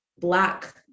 Black